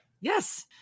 Yes